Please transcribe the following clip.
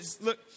Look